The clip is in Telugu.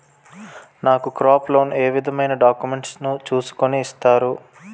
నాకు క్రాప్ లోన్ ఏ విధమైన డాక్యుమెంట్స్ ను చూస్కుని ఇస్తారు?